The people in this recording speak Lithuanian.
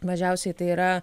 mažiausiai tai yra